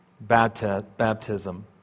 Baptism